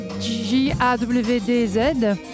J-A-W-D-Z